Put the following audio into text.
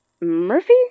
Murphy